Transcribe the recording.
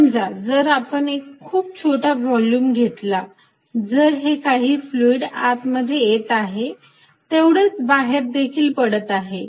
समजा जर आपण खूप छोटा व्हॉल्युम घेतला तर जे काही फ्लुईड आत मध्ये येत आहे तेवढेच बाहेर देखील पडत आहे